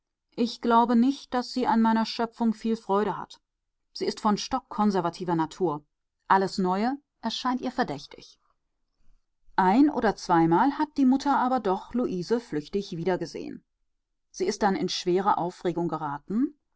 ich glaube nicht daß sie an meiner schöpfung viel freude hat sie ist von stockkonservativer natur alles neue erscheint ihr verdächtig ein oder zweimal hat die mutter aber doch luise flüchtig wiedergesehen sie ist dann in schwere aufregung geraten